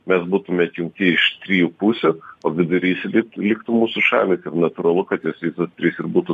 mes būtume atjungti iš trijų pusių o vidurys liktų mūsų šalys ir natūralu kad jos visos trys ir būtų